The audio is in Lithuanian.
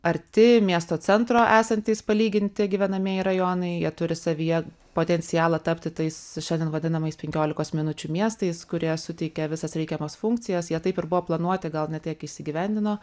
arti miesto centro esantys palyginti gyvenamieji rajonai jie turi savyje potencialą tapti tais šiandien vadinamais penkiolikos minučių miestais kurie suteikia visas reikiamas funkcijas jie taip ir buvo planuoti gal ne tiek įsigyvendino